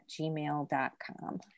gmail.com